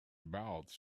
mouths